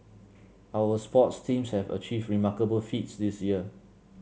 our sports teams have achieved remarkable feats this year